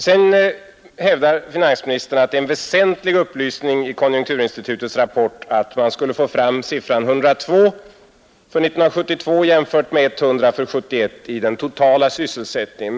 Finansministern hävdar att det är en väsentlig upplysning i konjunkturinstitutets rapport att man skulle få fram siffran 102 för 1972 jämfört med 100 för 1971 i den totala sysselsättningen.